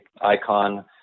icon